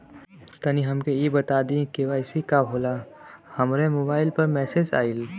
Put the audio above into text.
तनि हमके इ बता दीं की के.वाइ.सी का होला हमरे मोबाइल पर मैसेज आई?